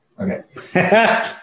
Okay